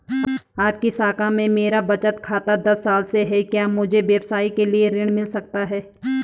आपकी शाखा में मेरा बचत खाता दस साल से है क्या मुझे व्यवसाय के लिए ऋण मिल सकता है?